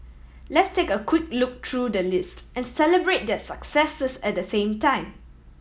let's take a quick look through the list and celebrate their successes at the same time